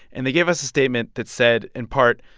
and they gave us a statement that said, in part,